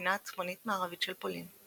בפינה הצפונית מערבית של פולין.